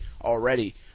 already